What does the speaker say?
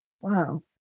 Wow